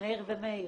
מאיר ומאיר.